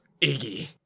Iggy